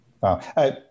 wow